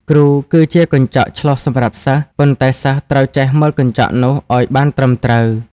គ្រូគឺជាកញ្ចក់ឆ្លុះសម្រាប់សិស្ស ប៉ុន្តែសិស្សត្រូវចេះមើលកញ្ចក់នោះឱ្យបានត្រឹមត្រូវ។